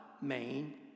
main